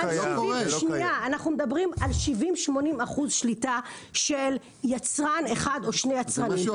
אנחנו מדברים על 80%-70% שליטה של יצרן אחד או שני יצרנים